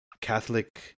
Catholic